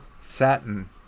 Satin